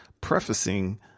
prefacing